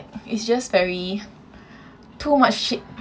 it's just very too much shit